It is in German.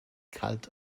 kalt